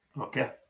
Okay